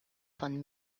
von